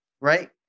Right